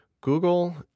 Google